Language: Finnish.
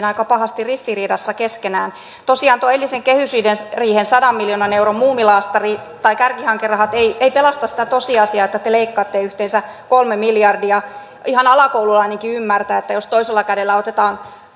aika pahasti ristiriidassa keskenään tosiaan tuon eilisen kehysriihen sadan miljoonan euron muumilaastari tai kärkihankerahat eivät pelasta sitä tosiasiaa että te leikkaatte yhteensä kolme miljardia ihan alakoululainenkin ymmärtää että jos toisella kädellä otetaan